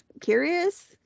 curious